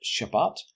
shabbat